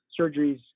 surgeries